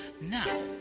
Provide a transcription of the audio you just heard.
Now